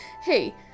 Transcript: Hey